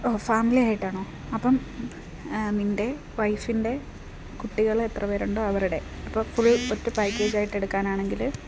ഓ family ആയിട്ടാണോ അപ്പം നിൻ്റെ വൈഫിൻ്റെ കുട്ടികൾ എത്ര പേരുണ്ടോ അവരുടെ അപ്പം ഫുൾ ഒറ്റ പാക്കേജ് ആയിട്ട് എടുക്കാനാണെങ്കിൽ